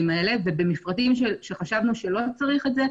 האלה ובמפרטים שחשבנו שלא צריך את זה,